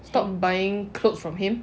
stop buying clothes from him